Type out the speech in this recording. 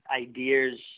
ideas